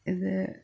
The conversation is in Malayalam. ഇത്